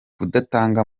kudatanga